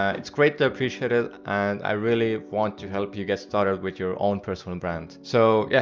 ah it's greatly appreciated and i really want to help you get started with your own personal brand. so, yeah,